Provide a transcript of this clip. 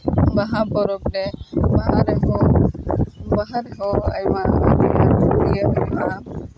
ᱵᱟᱦᱟ ᱯᱚᱨᱚᱵᱽ ᱨᱮ ᱵᱟᱦᱟ ᱨᱮᱦᱚᱸ ᱵᱟᱦᱟ ᱨᱮᱦᱚᱸ ᱟᱭᱢᱟ ᱦᱩᱭᱩᱜᱼᱟ